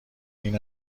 این